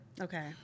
Okay